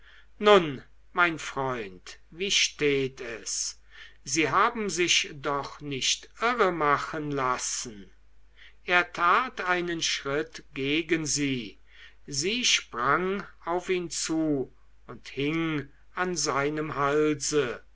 nun mein freund wie steht es sie haben sich doch nicht irremachen lassen er tat einen schritt gegen sie sie sprang auf ihn zu und hing an seinem halse